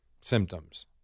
symptoms